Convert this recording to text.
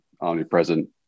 omnipresent